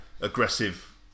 aggressive